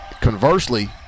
Conversely